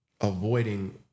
avoiding